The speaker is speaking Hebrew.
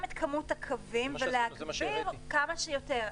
את כמות הקווים ולהגביר כמה שיותר.